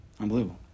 Unbelievable